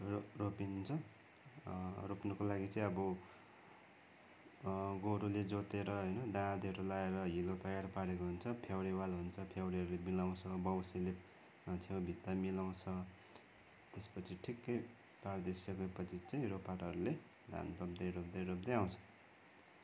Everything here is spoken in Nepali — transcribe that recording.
रो रोपिन्छ रोप्नको लागि चाहिँ अब गोरूले जोतेर होइन दाँतेहरू लाएर हिलो तयार पारेको हुन्छ फ्याउरेवाल हुन्छ फ्याउरेहरू मिलाउँछ बाउँसेले छेउ भित्ता मिलाउँछ तेसपछि ठिक्कै पारिदिसकेपछि चाहिँ रोपारहरूले धान रोप्दै रोप्दै रोप्दै आउँछ